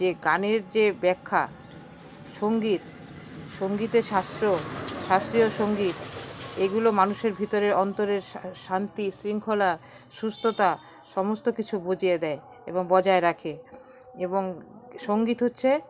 যে গানের যে ব্যাখ্যা সংগীত সংগীতের শাস্ত্র শাস্ত্রীয় সংগীত এগুলো মানুষের ভিতর অন্তরের শান্তি শৃঙ্খলা সুস্থতা সমস্ত কিছু বঝিয়ে দেয় এবং বজায় রাখে এবং সংগীত হচ্ছে